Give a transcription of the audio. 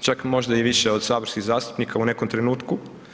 čak možda i više od saborskih zastupnika u nekom trenutku.